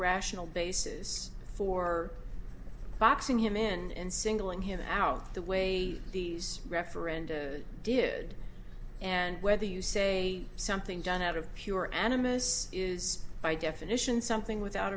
rational basis for boxing him in and singling him out the way these referenda did and whether you say something done out of pure animists is by definition something without